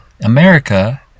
america